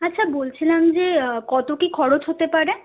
আচ্ছা বলছিলাম যে কত কী খরচ হতে পারে